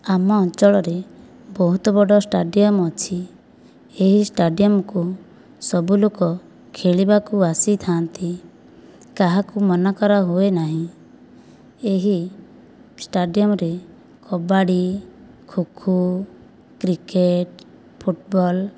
ଆମ ଅଞ୍ଚଳରେ ବହୁତ ବଡ଼ ଷ୍ଟାଡିଅମ୍ ଅଛି ଏହି ଷ୍ଟାଡିଅମ୍କୁ ସବୁ ଲୋକ ଖେଳିବାକୁ ଆସିଥାନ୍ତି କାହାକୁ ମନା କରା ହୁଏନାହିଁ ଏହି ଷ୍ଟାଡିଅମ୍ରେ କବାଡ଼ି ଖୋ ଖୋ କ୍ରିକେଟ୍ ଫୁଟବଲ୍